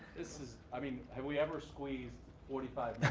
this is, i mean, have we ever squeezed forty five